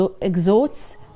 exhorts